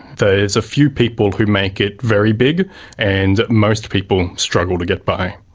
there's a few people who make it very big and most people struggle to get by.